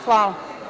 Hvala.